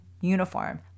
uniform